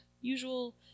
usual